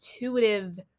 intuitive